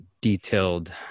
detailed